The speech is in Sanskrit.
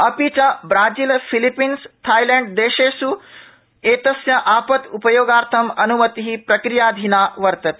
अपि च ब्राजील फिलीपिन्स थाईलैंड देशेष् एतस्य आपद्योगार्थम अन्मति प्रक्रियाधीना वर्तते